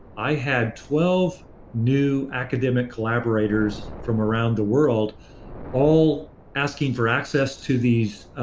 i had twelve new academic collaborators from around the world all asking for access to these